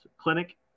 clinic